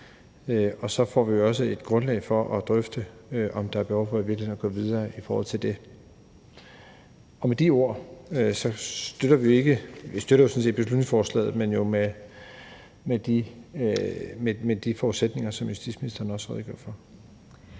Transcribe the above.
Og så får vi jo også et grundlag for at drøfte, om der i virkeligheden er behov for at gå videre i forhold til det. Med de ord støtter vi sådan set beslutningsforslaget med de forudsætninger, som justitsministeren har redegjort for.